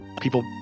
people